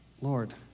Lord